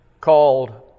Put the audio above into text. called